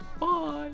Bye